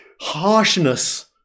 harshness